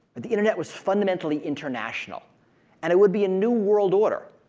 but the internet was fundamentally international and it would be a new world order.